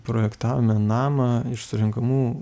projektavome namą iš surenkamų